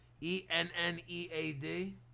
e-n-n-e-a-d